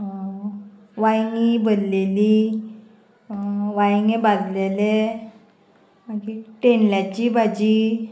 वांयगीं भरलेलीं वांयगें भाजलेलें मागीर तेंडल्यांची भाजी